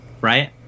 right